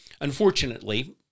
Unfortunately